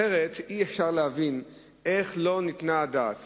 אחרת, אי-אפשר להבין איך לא ניתנה הדעת